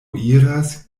iras